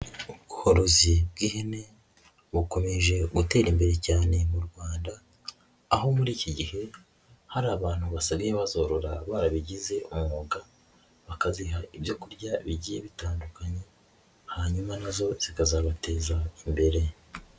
Ubworozi bw'ihene bukomeje gutera imbere cyane mu Rwanda, aho muri iki gihe hari abantu basigaye bazorora barabigize umwuga, bakaziha ibyo kurya bigiye bitandukanye, hanyuma na zo zikazabateza imbere.